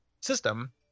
system